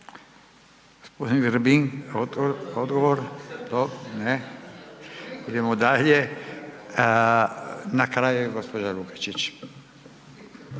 Gospodin Grbin odgovor, ne. Idemo dalje, na kraju je gospođa Lukačić.